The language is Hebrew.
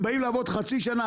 הם באים לעבוד חצי שנה,